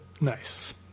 Nice